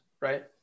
right